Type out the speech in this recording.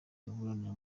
kuburanira